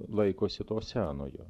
laikosi to senojo